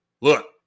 look